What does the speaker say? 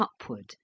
upward